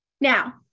Now